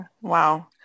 Wow